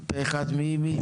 פה אחד.